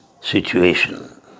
situation